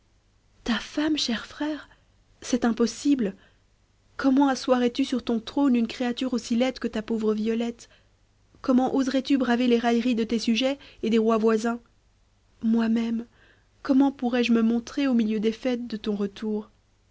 ta femme cher frère c'est impossible comment assoirais tu sur ton trône une créature aussi laide que ta pauvre violette comment oserais-tu braver les railleries de tes sujets et des rois voisins moi-même comment pourrais-je me montrer au milieu des fêtes de ton retour